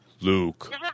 Luke